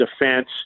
defense